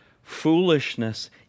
Foolishness